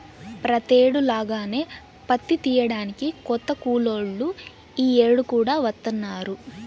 ప్రతేడు లాగానే పత్తి తియ్యడానికి కొత్త కూలోళ్ళు యీ యేడు కూడా వత్తన్నారా